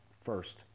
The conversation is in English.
first